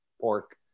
pork